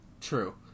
True